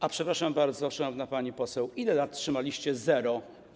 A przepraszam bardzo, szanowna pani poseł, ile lat trzymaliście zero?